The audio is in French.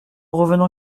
revenant